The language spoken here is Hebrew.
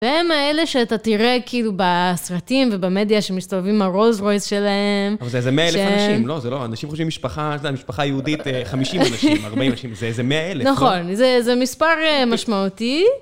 והם האלה שאתה תראה, כאילו, בסרטים ובמדיה שמסתובבים הרולז רויז שלהם. אבל זה איזה מאה אלף אנשים, לא, זה לא. אנשים חושבים משפחה, יש להם משפחה היהודית, 50 אנשים, 40 אנשים, זה איזה מאה אלף. נכון, זה מספר משמעותי.